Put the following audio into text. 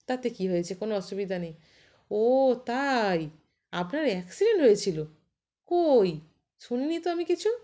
তাতে কি হয়েছে কোনো অসুবিধা নেই ও তাই আপনার অ্যাক্সিডেন্ট হয়েছিলো কই শুনি নি তো আমি কিছু